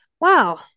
Wow